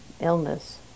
illness